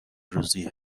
روزی